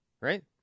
right